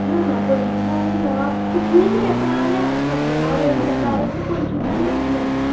ना ना पंचवीसानी ना तूं खूब घेता जाल्यार शंबरा वयर घेता जाल्यार तुका पंचवीसान मेळटलें